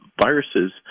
viruses